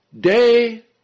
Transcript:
day